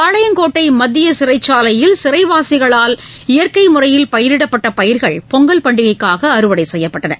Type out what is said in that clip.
பாளையங்கோட்டை மத்திய சிறைச் சாலையில் சிறைவாசிகளால் இயற்கை முறையில் பயிரிடப்பட்ட பயிர்கள் பொங்கல் பண்டிகைக்காக அறுவடை செய்யப்பட்டது